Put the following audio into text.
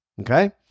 okay